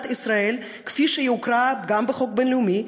ישראל כפי שהיא הוכרה גם בחוק הבין-לאומי,